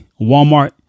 Walmart